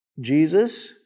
Jesus